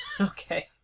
Okay